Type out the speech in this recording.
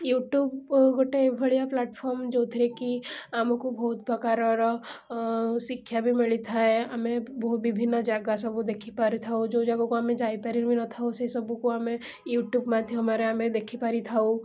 YouTube ଗୋଟେ ଏଇଭଳିଆ platform ଯେଉଁଥିରେ କି ଆମକୁ ବହୁତ ପ୍ରକାରର ଶିକ୍ଷା ବି ମିଳିଥାଏ ଆମେ ବହୁ ବିଭିନ୍ନ ଜାଗା ସବୁ ଦେଖିପାରିଥାଉ ଯେଉଁ ଜାଗାକୁ ଆମେ ଯାଇପାରିବିନଥାଉ ସେଇସବୁକୁ ଆମେ ୟୁଟ୍ୟୁବ୍ ମାଧ୍ୟମରେ ଆମେ ଦେଖିପାରିଥାଉ